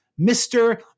Mr